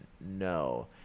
no